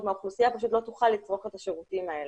מהאוכלוסייה פשוט לא תוכל לצרוך את השירותים האלה.